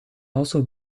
also